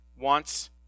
wants